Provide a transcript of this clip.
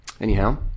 anyhow